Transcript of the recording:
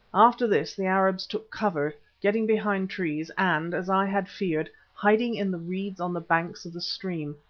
after this the arabs took cover, getting behind trees and, as i had feared, hiding in the reeds on the banks of the stream.